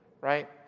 Right